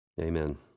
Amen